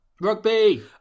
Rugby